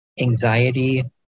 anxiety